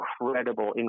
incredible